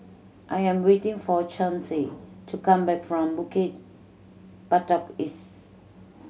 I am waiting for Chauncy to come back from Bukit Batok East